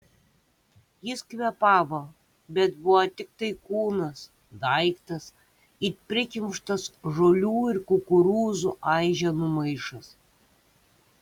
jis kvėpavo bet buvo tiktai kūnas daiktas it prikimštas žolių ir kukurūzų aiženų maišas